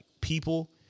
people